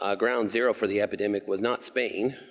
um ground zero for the epidemic was not spain,